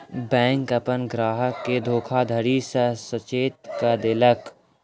bank अपन ग्राहक के धोखाधड़ी सॅ सचेत कअ देलक